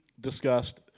discussed